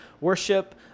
worship